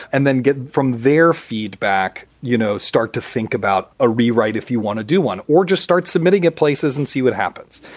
and then get from their feedback, you know, start to think about a rewrite if you want to do one. or just start submitting it places and see what happens.